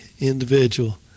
individual